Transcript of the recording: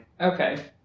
okay